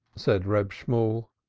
said reb shemuel.